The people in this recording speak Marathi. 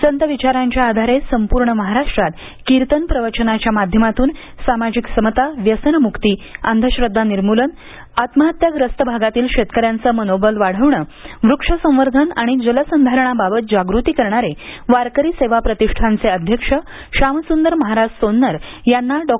संत विचारांच्या आधारे संपूर्ण महाराष्ट्रात कीर्तनप्रवचनाच्या माध्यमातून सामाजिक समता व्यसनमुक्ती अंधश्रद्धा निर्मूलन आत्महत्या ग्रस्त भागातील शेतकऱ्यांचे मनोबल वाढविणे वृक्षसंवर्धन आणि जल संधारणा बाबत जाग्रती करणारे वारकरी सेवा प्रतिष्ठानचे अध्यक्ष शामसुंदर महाराज सोन्नर यांना डॉ